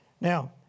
Now